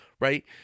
Right